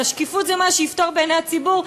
אז השקיפות, זה מה שיפתור בעיני הציבור?